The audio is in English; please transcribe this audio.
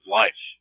life